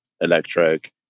electric